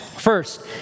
First